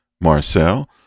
Marcel